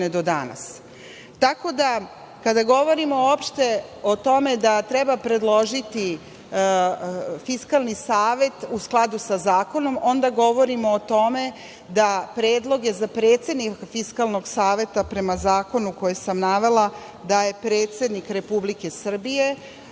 da kada govorimo uopšte o tome da treba predložiti Fiskalni savet u skladu sa zakonom, onda govorimo o tome da predloge za predsednika Fiskalnog saveta, prema zakonu koji sam navela, daje predsednik Republike Srbije,